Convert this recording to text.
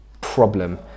problem